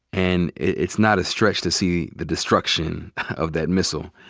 and it's not a stretch to see the destruction of that missile,